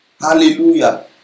hallelujah